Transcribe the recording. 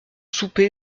soupé